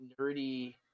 nerdy